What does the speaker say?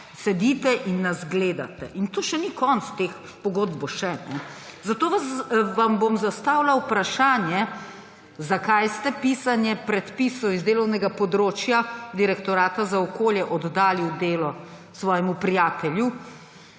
sedite in nas gledate? Tu še ni konec teh pogodb. Zato vam bom zastavila vprašanje, zakaj ste pisanje predpisov z delovnega področja Direktorata za okolje oddali v delo svojemu prijatelju